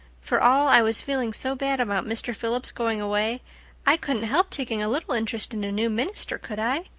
for all i was feeling so bad about mr. phillips going away i couldn't help taking a little interest in a new minister, could i?